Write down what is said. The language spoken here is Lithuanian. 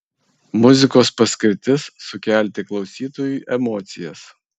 muzikos paskirtis sukelti klausytojui emocijas